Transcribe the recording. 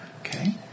Okay